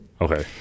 Okay